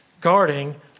guarding